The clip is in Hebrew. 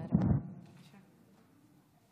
גברתי היושבת-ראש, קודם כול ברכות על התפקיד.